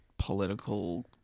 political